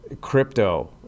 Crypto